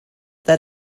that